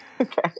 Okay